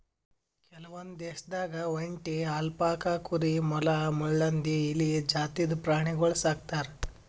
ಕೆಲವೊಂದ್ ದೇಶದಾಗ್ ಒಂಟಿ, ಅಲ್ಪಕಾ ಕುರಿ, ಮೊಲ, ಮುಳ್ಳುಹಂದಿ, ಇಲಿ ಜಾತಿದ್ ಪ್ರಾಣಿಗೊಳ್ ಸಾಕ್ತರ್